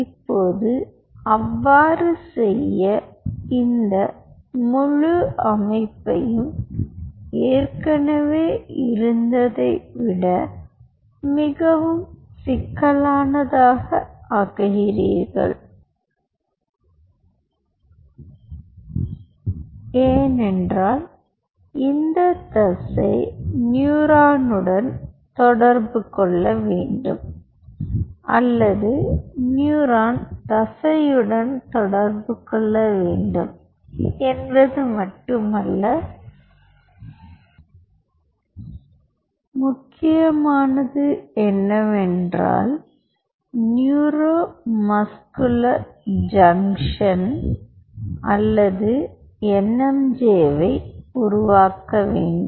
இப்போது அவ்வாறு செய்ய இந்த முழு அமைப்பையும் ஏற்கனவே இருந்ததை விட மிகவும் சிக்கலானதாக ஆக்குகிறீர்கள் ஏனென்றால் இந்த தசை நியூரானுடன் தொடர்பு கொள்ள வேண்டும் அல்லது நியூரான் தசையுடன் தொடர்பு கொள்ள வேண்டும் என்பது மட்டுமல்ல முக்கியமானது என்னவென்றால் நியூரோமுவை உருவாக்க வேண்டும்